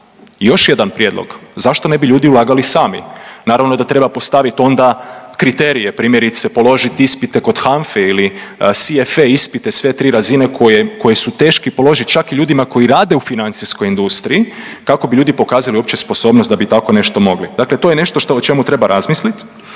Još jedan prijedlog, zašto ne bi ljudi ulagali sami? Naravno da treba postavit onda kriterije, primjerice položiti ispite kod HANFA-e ili CFA ispiste sve tri razine koji su teški položiti čak i ljudima koji rade u financijskoj industriji kako bi ljudi pokazali uopće sposobnost da bi tako nešto mogli. Dakle, to je nešto o čemu treba razmislit.